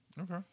Okay